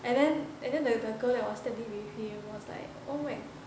and then and then the girl that was standing with him was like oh my